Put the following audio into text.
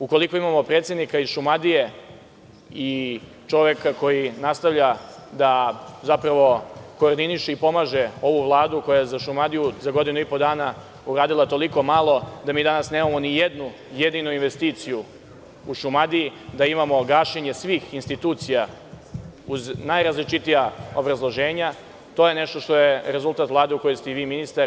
Ukoliko imamo predsednika iz Šumadije i čoveka koji nastavlja da zapravo koordiniše i pomaže ovu Vladu koja je za Šumadiju za godinu i po dana uradila toliko malo, da mi danas nemamo nijednu jedinu investiciju u Šumadiji, da imamo gašenje svih institucija uz najrazličitija obrazloženja, to je nešto što je rezultat Vlade u kojoj ste i vi ministar.